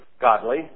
godly